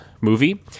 movie